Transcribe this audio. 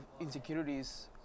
insecurities